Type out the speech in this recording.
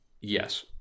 Yes